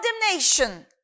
condemnation